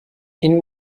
این